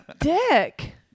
Dick